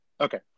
Okay